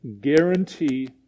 guarantee